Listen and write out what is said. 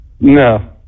No